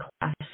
class